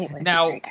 Now